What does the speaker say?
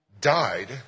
died